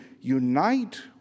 unite